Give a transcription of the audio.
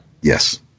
Yes